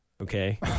Okay